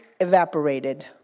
evaporated